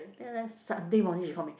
then after that Sunday morning she call me